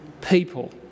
people